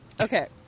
Okay